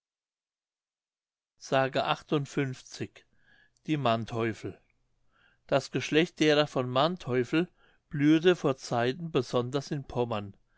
die manteuffel das geschlecht derer von manteuffel blühete vor zeiten besonders in pommern